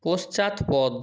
পশ্চাৎপদ